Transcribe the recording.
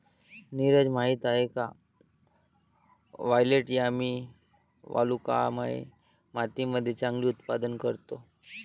नीरज माहित आहे का वायलेट यामी वालुकामय मातीमध्ये चांगले उत्पादन करतो?